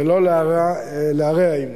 ולא להרע עמו.